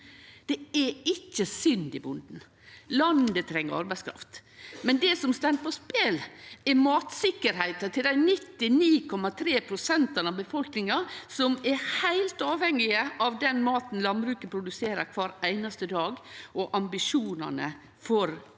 Det er ikkje synd i bonden, landet treng arbeidskraft. Det som står på spel, er matsikkerheita til dei 99,3 pst. av befolkninga som er heilt avhengige av den maten landbruket produserer kvar einaste dag, og ambisjonane for auka